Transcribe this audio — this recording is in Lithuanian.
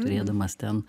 turėdamas ten